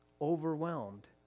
overwhelmed